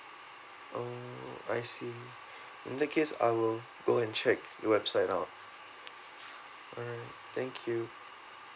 oh I see in that case I will go and check website now alright thank you